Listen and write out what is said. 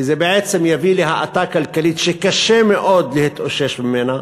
כי זה בעצם יביא להאטה כלכלית שקשה מאוד להתאושש ממנה.